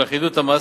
של אחידות המס,